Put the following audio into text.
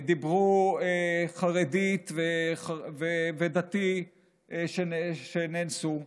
דיברו חרדית ודתי שנאנסו.